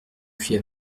fut